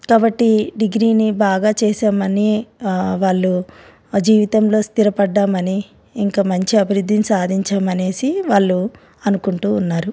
కాబట్టి డిగ్రీని బాగా చేసామని వాళ్ళు జీవితంలో స్థిరపడ్డామని ఇంకా మంచి అభివృద్ధిని సాధించామనేసి వాళ్ళు అనుకుంటూ ఉన్నారు